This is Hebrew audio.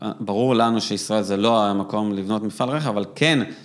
ברור לנו שישראל זה לא המקום לבנות מפעל רכב, אבל כן.